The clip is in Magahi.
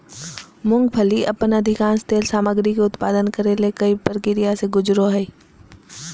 मूंगफली अपन अधिकांश तेल सामग्री के उत्पादन करे ले कई प्रक्रिया से गुजरो हइ